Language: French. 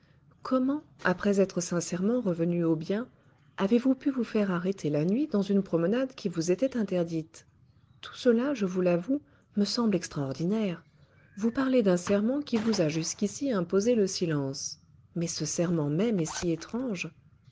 comment après être sincèrement revenue au bien avez-vous pu vous faire arrêter la nuit dans une promenade qui vous était interdite tout cela je vous l'avoue me semble extraordinaire vous parlez d'un serment qui vous a jusqu'ici imposé le silence mais ce serment même est si étrange